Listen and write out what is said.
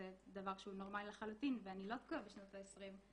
זה דבר שהוא נורמאלי לחלוטין ואני לא תקועה בשנות ה-20.